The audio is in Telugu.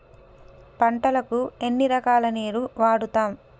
పంటలకు ఎన్ని రకాల నీరు వాడుతం?